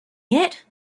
yet